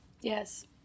Yes